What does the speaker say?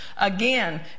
again